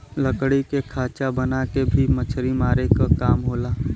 लकड़ी के खांचा बना के भी मछरी मारे क काम होला